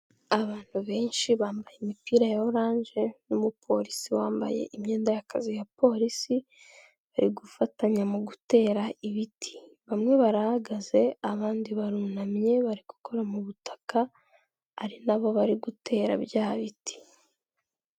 Abantu benshi bambaye imipira ya oranje n'umupolisi wambaye imyenda y'akazi ya polisi bari gufatanya mu gutera ibiti, bamwe barahagaze abandi barunamye bari gukora mu butaka ari na bo bari gutera bya biti.